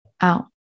out